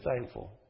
thankful